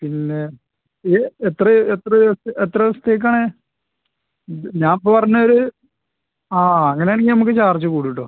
പിന്നെ ഇത് എത്ര എത്ര എത്ര ദിവസത്തേക്കാണ് ഞാൻ ഇപ്പോൾ പറഞ്ഞതൊരു ആ അങ്ങനെയാണെങ്കിൽ നമുക്ക് ചാർജ് കൂടും കേട്ടോ